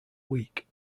week